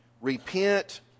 Repent